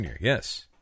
yes